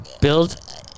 build